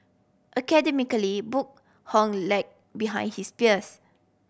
academically Boon Hock lagged behind his peers